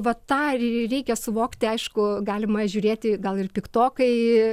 va tą ir reikia suvokti aišku galima žiūrėti gal ir piktokai